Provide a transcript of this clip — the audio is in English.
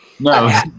No